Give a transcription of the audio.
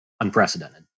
unprecedented